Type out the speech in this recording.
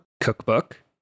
cookbook